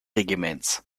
regiments